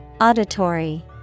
Auditory